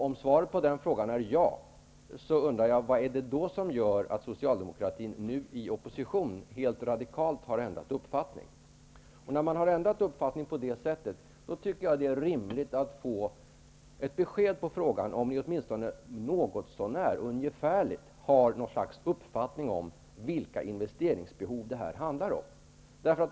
Om svaret på den frågan är ja, undrar jag vad det är som gör att Socialdemokraterna nu i opposition radikalt har ändrat uppfattning. När man har ändrat uppfattning på detta sätt, tycker jag att det är rimligt att få ett besked om man åtminstone något så när har en uppfattning om vilka investeringsbehov det är fråga om.